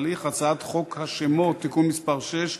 חוק השמות (תיקון מס' 6)